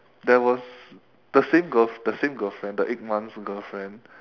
there was the same girl~ the same girlfriend the eight months girlfriend